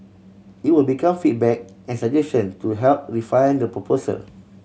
it would be come feedback and suggestion to help refine the proposal